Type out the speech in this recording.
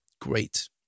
great